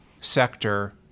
sector